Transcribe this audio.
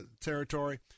territory